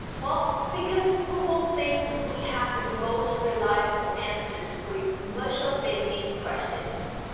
well, because google thinks we have the most reliable answers for your commercial baking questions.